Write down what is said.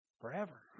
forever